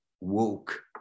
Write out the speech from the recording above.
woke